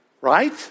right